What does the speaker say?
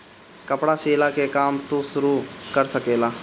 कपड़ा सियला के काम तू शुरू कर सकेला